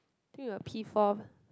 think we're P-four